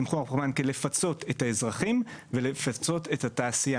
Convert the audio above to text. כפיצוי לאזרחים ולתעשייה.